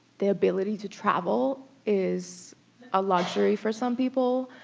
the ability to travel is a luxury for some people.